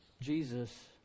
Jesus